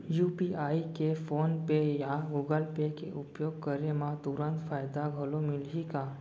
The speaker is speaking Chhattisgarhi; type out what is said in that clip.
यू.पी.आई के फोन पे या गूगल पे के उपयोग करे म तुरंत फायदा घलो मिलही का?